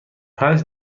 پنج